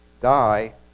die